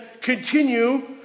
continue